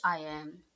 IAM